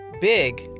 Big